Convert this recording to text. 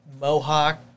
Mohawk